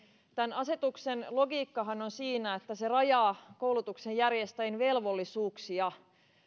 tämän asetuksen logiikkahan on se että se rajaa koulutuksen järjestäjien velvollisuuksia